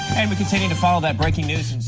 and we continue to follow that breaking news in